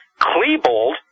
Klebold